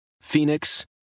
Phoenix